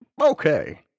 okay